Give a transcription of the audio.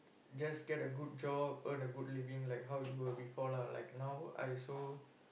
just get a good job earn a good living like how you were before lah like now I also